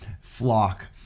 flock